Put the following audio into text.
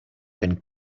and